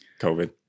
covid